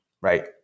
Right